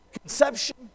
conception